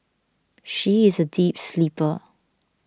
she is a deep sleeper